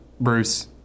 Bruce